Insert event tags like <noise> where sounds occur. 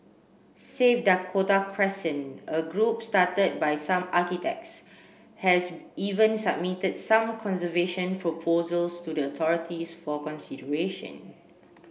save Dakota Crescent a group started by some architects has even submitted some conservation proposals to the <unintelligible> for consideration